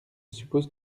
suppose